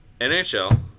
NHL